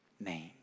name